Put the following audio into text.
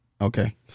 Okay